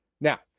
Now